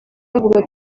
bavuga